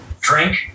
Drink